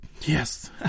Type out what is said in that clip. Yes